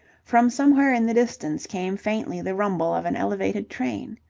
from somewhere in the distance came faintly the rumble of an elevated train.